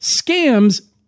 scams